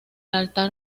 altar